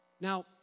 Now